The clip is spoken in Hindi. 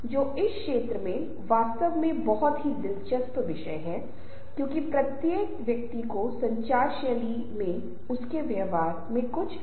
इसलिए समूह बहुत कार्यात्मक बहुत सक्रिय बहुत सामान्य हो सकता है अगर वे एक बहुत अच्छा संचार व्यवहार और आपस में संबंध रखते हैं